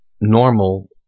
normal